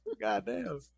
Goddamn